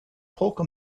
polka